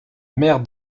mère